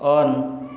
on